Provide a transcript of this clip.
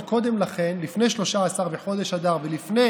לפני 13 בחודש אדר, ולפני